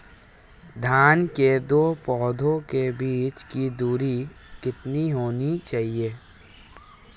धान के दो पौधों के बीच की दूरी कितनी होनी चाहिए?